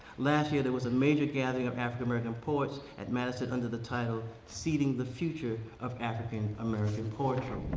last year there was a major gathering of african american poets at madison under the title seeding the future of african american poetry.